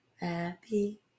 Happy